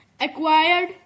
acquired